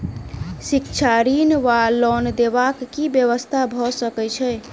शिक्षा ऋण वा लोन देबाक की व्यवस्था भऽ सकै छै?